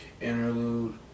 interlude